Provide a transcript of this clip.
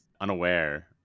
unaware